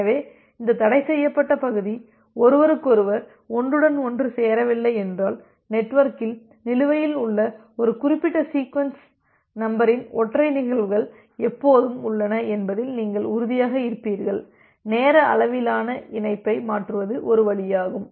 எனவே இந்த தடைசெய்யப்பட்ட பகுதி ஒருவருக்கொருவர் ஒன்றுடன் ஒன்று சேரவில்லை என்றால் நெட்வொர்க்கில் நிலுவையில் உள்ள ஒரு குறிப்பிட்ட சீக்வென்ஸ் நம்பரின் ஒற்றை நிகழ்வுகள் எப்போதும் உள்ளன என்பதில் நீங்கள் உறுதியாக இருப்பீர்கள் நேர அளவிலான இணைப்பை மாற்றுவது ஒரு வழியாகும்